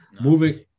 Moving